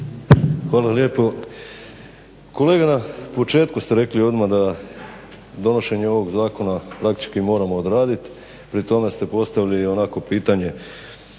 Hvala lijepo. Kolega u početku ste rekli odmah da donošenje ovog zakona praktički moramo odradit, pri tome ste postavili onako pitanje